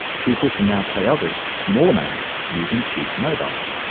people can now pay others small amounts using cheap mobiles.